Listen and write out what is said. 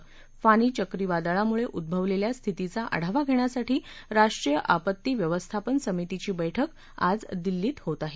फानी चक्रवादळामुळे उद्ववलेल्या स्थितीचा आढावा घेण्यासाठी राष्ट्रीय आपत्ती व्यवस्थापन समितीची बैठक आज दिल्लीत होत आहे